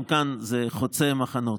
גם כאן זה חוצה מחנות.